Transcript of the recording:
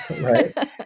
right